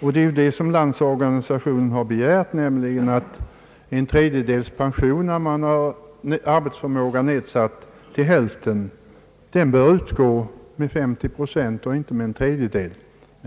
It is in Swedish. Och det är ju vad Landsorganisationen har begärt, nämligen att när arbetsförmågan är nedsatt till hälften pensionen bör utgå med 50 procent och inte med 33 1/3 procent.